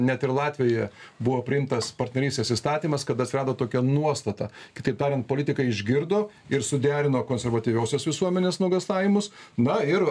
net ir latvijoje buvo priimtas partnerystės įstatymas kada atsirado tokia nuostata kitaip tariant politikai išgirdo ir suderino konservatyviosios visuomenės nuogąstavimus na ir